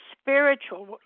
spiritual